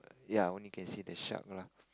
ya only can see the shark lah